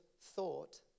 thought